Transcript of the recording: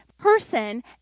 person